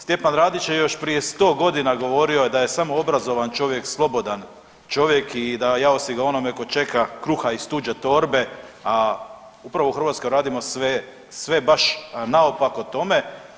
Stjepan Radić je još prije 100.g. govorio da je samo obrazovan čovjek slobodan čovjek i da jao si ga onome tko čeka kruha iz tuđe torbe, a upravo u Hrvatskoj radimo sve, sve baš naopako o tome.